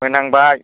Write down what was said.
मोनहांबाय